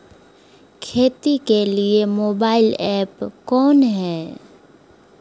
खेती के लिए मोबाइल ऐप कौन है?